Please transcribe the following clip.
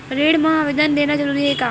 ऋण मा आवेदन देना जरूरी हे?